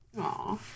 Aw